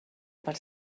per